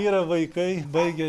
yra vaikai baigę